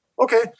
Okay